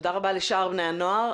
ותודה רבה לשאר בני הנוער.